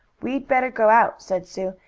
we'd better go out, said sue.